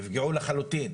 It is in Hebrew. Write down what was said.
נפגעו לחלוטין.